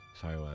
Sorry